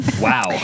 Wow